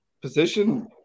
position